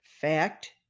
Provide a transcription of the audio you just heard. Fact